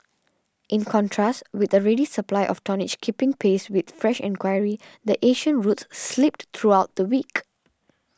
in contrast with a ready supply of tonnage keeping pace with fresh enquiry the Asian routes slipped throughout the week